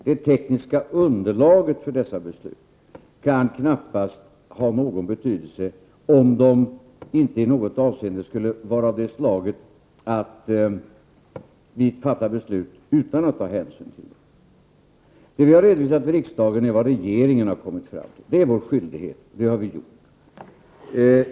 De tekniska underlagen för dessa beslut kan knappast ha någon betydelse, om det inte skulle vara så att vi fattar beslut utan att ta hänsyn till dem. Det vi har redovisat för riksdagen är vad regeringen har kommit fram till — det är vår skyldighet, och det har vi gjort.